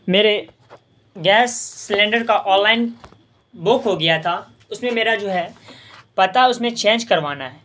میرے gas cylinder کا online book ہو گیا تھا اس میں میرا جو ہے پتا اس میں چینج کروانا ہے